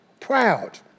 proud